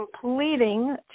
completing